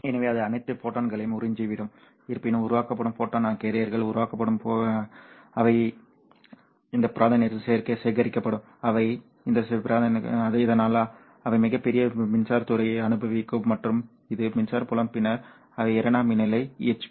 எனவே இது அனைத்து ஃபோட்டான்களையும் உறிஞ்சிவிடும் இருப்பினும் உருவாக்கப்படும் ஃபோட்டான் கேரியர்கள் உருவாக்கப்படும் புகைப்பட கேரியர்கள் அவை இந்த பிராந்தியத்தில் சேகரிக்கப்படும் அவை இந்த பிராந்தியத்திற்கு அனுப்பப்படும் இதனால் அவை மிகப் பெரிய மின்சாரத் துறையை அனுபவிக்கும் மற்றும் இது மின்சார புலம் பின்னர் அவை இரண்டாம் நிலை EHP